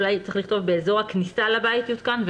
אולי צריך לכתוב באזור הכניסה לבית יותקן.